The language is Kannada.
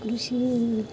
ಕೃಷಿ